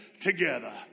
together